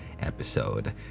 episode